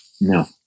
No